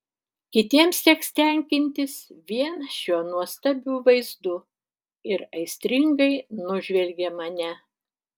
kitiems teks tenkintis vien šiuo nuostabiu vaizdu ir aistringai nužvelgia mane